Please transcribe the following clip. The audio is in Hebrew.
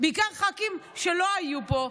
בעיקר ח"כים שלא היו פה,